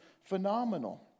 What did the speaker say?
phenomenal